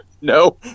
No